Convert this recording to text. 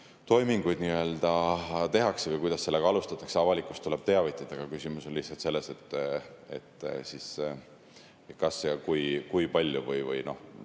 toiminguid tehakse või kuidas nendega alustatakse. Avalikkust tuleb teavitada, aga küsimus on lihtsalt selles, kas ja kui palju või kui